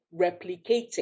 replicating